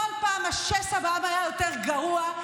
בכל פעם השסע בעם היה יותר גרוע,